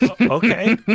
Okay